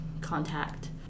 contact